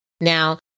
Now